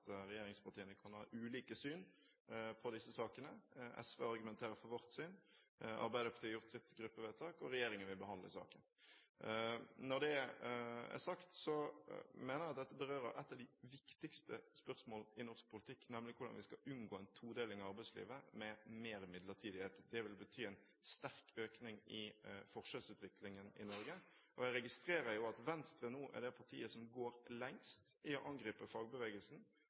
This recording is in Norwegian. regjeringspartiene kan ha ulike syn på disse sakene. SV argumenterer for sitt syn, Arbeiderpartiet har gjort sitt gruppevedtak, og regjeringen vil behandle saken. Når det er sagt: Jeg mener dette berører et av de viktigste spørsmål i norsk politikk, nemlig hvordan vi skal unngå en todeling av arbeidslivet, med mer midlertidighet. Det vil bety en sterk økning i forskjellsutviklingen i Norge. Jeg registrerer at Venstre nå er det partiet som går lengst i å angripe fagbevegelsen